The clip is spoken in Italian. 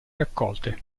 raccolte